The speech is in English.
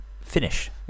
finish